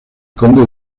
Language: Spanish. conde